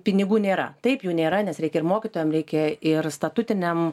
pinigų nėra taip jų nėra nes reikia ir mokytojam reikia ir statutinėm